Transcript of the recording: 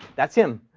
that's him.